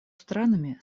странами